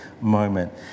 moment